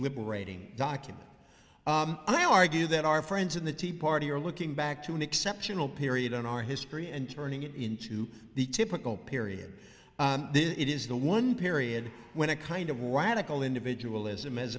liberating document and i argue that our friends in the tea party are looking back to an exceptional period in our history and turning it into the typical period it is the one period when a kind of radical individualism as